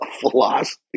philosophy